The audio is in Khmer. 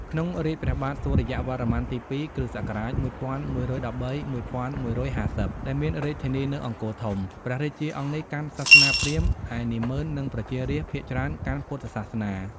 ក្នុងរាជ្យព្រះបាទសូរ្យវរ្ម័នទី ២ (គ.ស ១១១៣-១១៥០) ដែលមានរាជធានីនៅ អង្គរធំ ព្រះរាជាអង្គនេះកាន់សាសនាព្រាហ្មណ៍ ឯនាម៉ឺននិងប្រជារាស្ត្រភាគច្រើនកាន់ពុទ្ធសាសនា ។